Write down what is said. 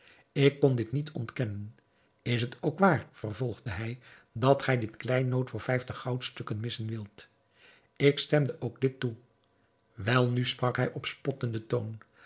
ik kon dit niet ontkennen is het ook waar vervolgde hij dat gij dit kleinood voor vijftig goudstukken missen wilt ik stemde ook dit toe wel nu sprak hij op spottenden toon